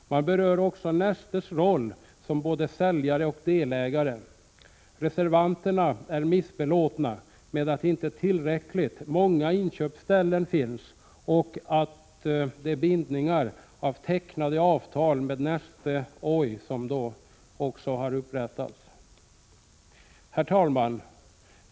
Man berör också Nestes roll som både säljare och delägare. Reservanterna är missbelåtna med att inte tillräckligt många inköpsställen finns och med de bindningar i form av tecknade avtal med Neste Oy som upprättats. Herr talman!